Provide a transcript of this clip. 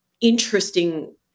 interesting